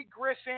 Griffin